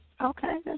Okay